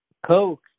Coke